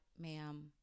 ma'am